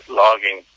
logging